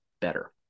better